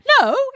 No